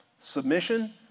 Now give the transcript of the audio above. Submission